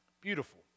beautiful